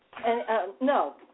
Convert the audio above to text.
No